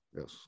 Yes